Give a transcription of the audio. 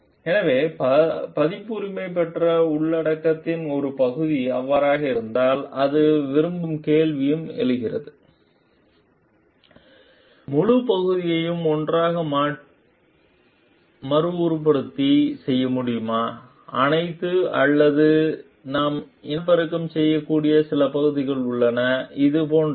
எனவே பதிப்புரிமை பெற்ற உள்ளடக்கத்தின் ஒரு பகுதி அவ்வாறு இருந்தால் அது விரும்பும் கேள்வியும் எழுகிறது முழு பகுதியையும் ஒன்றாக மறுவுற்பத்தி செய்ய முடியுமா அனைத்து அல்லது நாம் இனப்பெருக்கம் செய்யக்கூடிய சில பகுதிகள் உள்ளன இது போன்றது